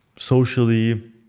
Socially